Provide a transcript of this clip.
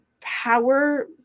power